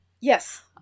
Yes